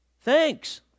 Thanks